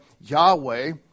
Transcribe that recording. Yahweh